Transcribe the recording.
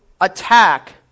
attack